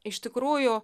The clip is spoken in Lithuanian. iš tikrųjų